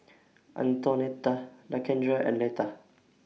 Antonetta Lakendra and Leta